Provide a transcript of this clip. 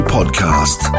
Podcast